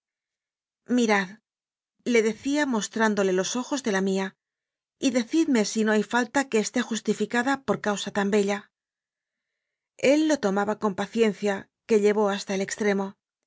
benefició miradle decía mostrándole los ojos de la míay decidme si no hay falta que esté justifica da por causa tan bella el lo tomaba con pacien cia que llevó hasta el extremo